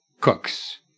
cooks